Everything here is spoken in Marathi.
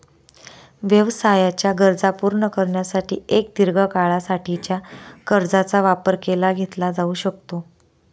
व्यवसायाच्या गरजा पूर्ण करण्यासाठी एक दीर्घ काळा साठीच्या कर्जाचा वापर केला घेतला जाऊ शकतो